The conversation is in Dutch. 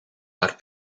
haar